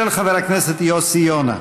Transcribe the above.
של חבר הכנסת יוסי יונה.